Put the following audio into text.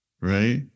Right